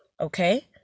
Okay